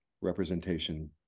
representation